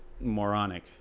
moronic